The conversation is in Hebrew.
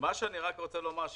מה שאני רוצה לומר,